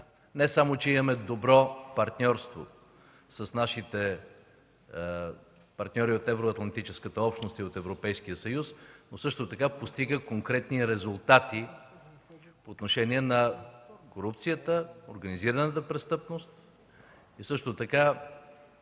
не само че имаме добро партньорство с нашите партньори от Евроатлантическата общност и от Европейския съюз, но също така че постига конкретни резултати по отношение на корупцията, организираната престъпност, а също така